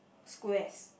squares